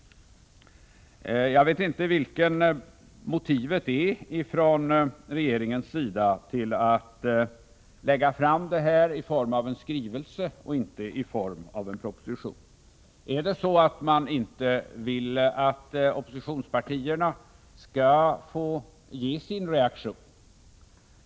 Jag vet inte vilket motivet är för regeringen att lägga fram förslaget i form av en skrivelse och inte i form av en proposition. Är det så att man inte vill att oppositionspartierna skall få uttrycka sin reaktion?